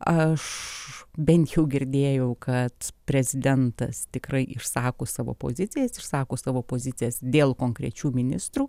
aš bent jau girdėjau kad prezidentas tikrai išsako savo pozicijas išsako savo pozicijas dėl konkrečių ministrų